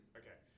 okay